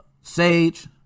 Sage